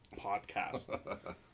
podcast